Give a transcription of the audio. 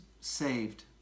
saved